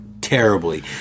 Terribly